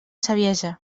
saviesa